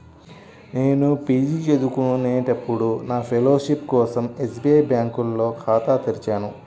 నేను పీజీ చదువుకునేటప్పుడు నా ఫెలోషిప్ కోసం ఎస్బీఐ బ్యేంకులో ఖాతా తెరిచాను